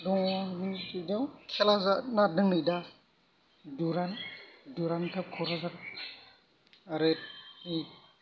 दङ बिदिनो खेला जानो नागेरदों नै दा दुरान्द दुरान्द काप क'क्राझार आरो